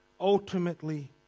ultimately